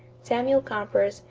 samuel gompers,